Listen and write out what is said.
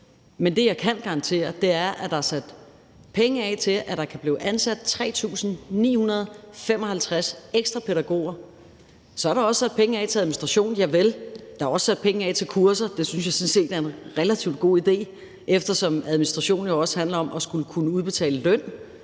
Men det, jeg kan garantere, er, at der er sat penge af til, at der kan blive ansat 3.955 ekstra pædagoger. Så er der også sat penge af til administration, javel, der er også sat penge af til kurser, og det synes jeg sådan set er en relativt god idé, eftersom administration jo også handler om at skulle kunne udbetale løn